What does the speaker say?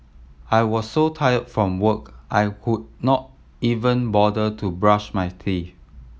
I was so tired from work I could not even bother to brush my teeth